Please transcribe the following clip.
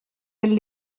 elles